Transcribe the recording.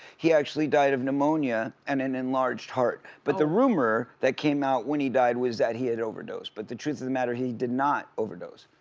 he actually died of pneumonia and an enlarged heart, but the rumor that came out when he died was that he had overdosed, but the truth of the matter he did not overdose.